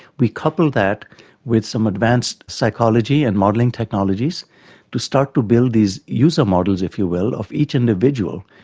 we couple that with some advanced psychology and modelling technologies to start to build these user models, if you will, of each individual,